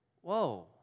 whoa